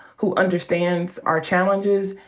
who understands our challenges,